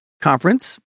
conference